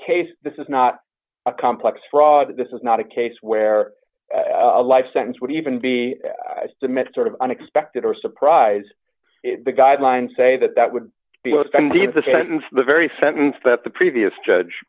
case this is not a complex fraud this is not a case where a life sentence would even be eyes to mr unexpected or a surprise the guidelines say that that would be offended the sentence the very sentence that the previous judge